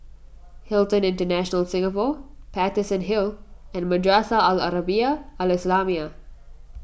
Hilton International Singapore Paterson Hill and Madrasah Al Arabiah Al Islamiah